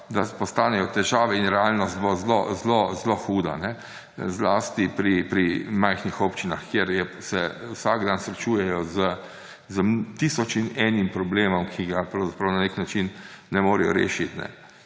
da postanejo težave in realnost zelo hude, zlasti pri majhnih občinah, kjer se vsak dan srečujejo s tisoč in enim problemom, ki ga na nek način ne morejo rešiti.